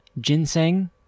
ginseng